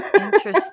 Interesting